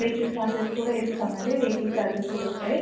vehicle charges కూడా వేస్తాము అండి చార్జెస్ కూడా వస్తాయి